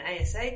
ASA